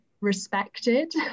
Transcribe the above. respected